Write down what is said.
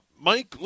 Mike